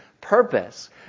purpose